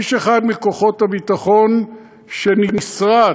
איש אחד מכוחות הביטחון שנסרט,